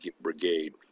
brigade